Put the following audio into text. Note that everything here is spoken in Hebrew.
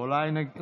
הוא לא מרגיש טוב.